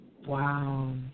Wow